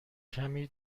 کمی